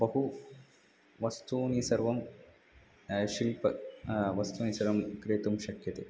बहुनि वस्तूनि सर्वं शिल्पवस्तूनि सर्वं क्रेतुं शक्यते